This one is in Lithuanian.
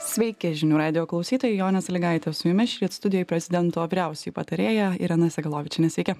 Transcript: sveiki žinių radijo klausytojai jonė sąlygaitė su jumis šįryt studijoj prezidento vyriausioji patarėja irena segalovičienė sveiki